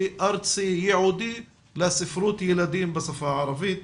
ארצי ייעודי לספרות ילדים בשפה הערבית,